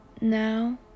Now